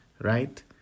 right